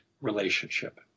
relationship